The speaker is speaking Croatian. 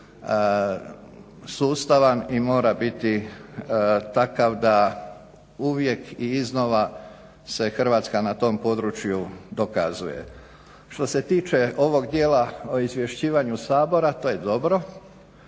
sustavan i mora biti takav da uvijek i iznova se Hrvatska na tom području dokazuje. Što se tiče ovog dijela o izvješćivanju Sabora to je dobro.